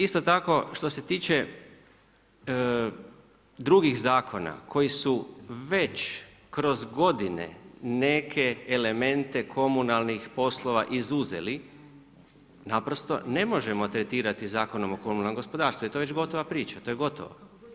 Isto tako što se tiče drugih zakona koji su već kroz godine neke elemente komunalnih poslova izuzeli, naprosto ne možemo tretirati Zakonom o komunalnom gospodarstvu jer je to već gotova priča, to je gotovo.